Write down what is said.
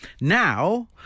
Now